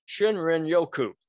Shinrin-yoku